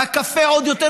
והקפה עוד יותר,